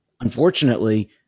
unfortunately